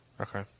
Okay